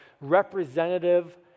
representative